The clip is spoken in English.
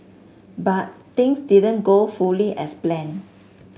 but things didn't go fully as planned